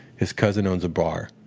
his cousin owns a bar.